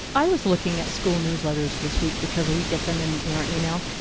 i was looking at school newsletters this week, because we get them in in our email,